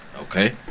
Okay